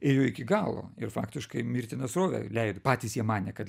ėjo iki galo ir faktiškai mirtiną srovę leido patys jie manė kad